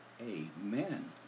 Amen